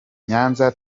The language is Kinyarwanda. nyanza